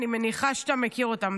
אני מניחה שאתה מכיר אותם.